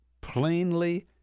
plainly